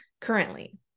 currently